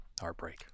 Heartbreak